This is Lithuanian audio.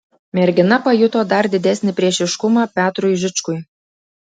mergina pajuto dar didesnį priešiškumą petrui žičkui